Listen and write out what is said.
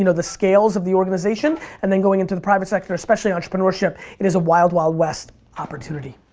you know the scales of the organization and then going into the private sector especially entrepreneurship it is a wild, wild west opportunity.